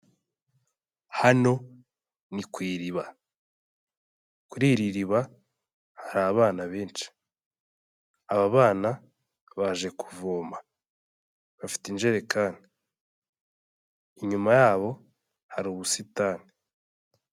Hano ni ku iriba. Kuri iri riba hari abana benshi. Aba bana baje kuvoma. Bafite injerekani. Inyuma yabo hari ubusitani.